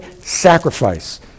sacrifice